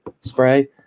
spray